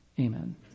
amen